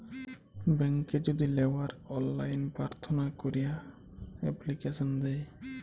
ব্যাংকে যদি লেওয়ার অললাইন পার্থনা ক্যরা এপ্লিকেশন দেয়